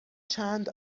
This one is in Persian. چند